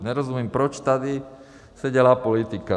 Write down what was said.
Nerozumím, proč tady se dělá politika.